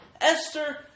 Esther